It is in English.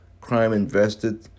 crime-invested